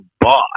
boss